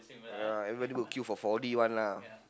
yeah everybody go queue for four D [one] lah